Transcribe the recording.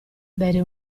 bere